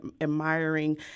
admiring